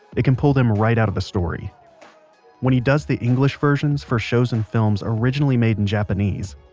it can pull them right out of the story when he does the english versions for shows and films originally made in japanese,